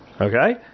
Okay